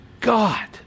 God